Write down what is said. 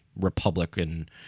Republican